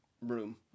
room